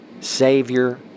Savior